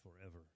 forever